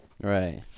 Right